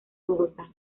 bogotá